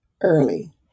early